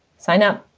sign up.